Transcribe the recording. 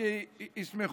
שישמחו.